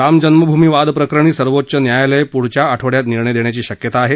रामजन्मभूमी वादप्रकरणी सर्वोच्च न्यायालय पुढच्या आठवड्यात निर्णय देण्याची शक्यता आहे